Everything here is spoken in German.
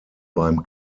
beim